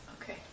Okay